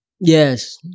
Yes